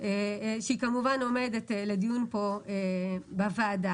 שהיא כמובן עומדת לדיון כאן בוועדה.